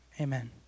amen